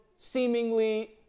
seemingly